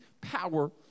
power